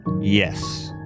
Yes